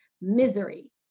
misery